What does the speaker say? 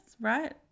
right